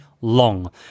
long